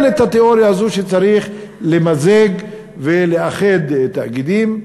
את התיאוריה הזאת שצריך למזג ולאחד תאגידים.